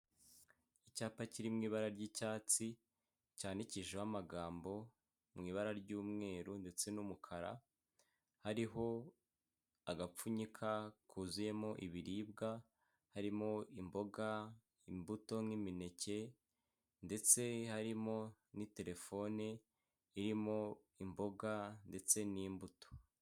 Icyapa kiri mu ibara ry'icyatsi, cyandikishijeho amagambo mu ibara ry'umweru ndetse n'umukara, hariho agapfunyika kuzuyemo ibiribwa, harimo imboga, imbuto nk'imineke ndetse harimo n'iterefone irimo imboga ndetse n'imbuto.